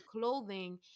clothing